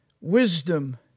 wisdom